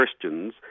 Christians